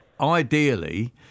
ideally